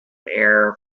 air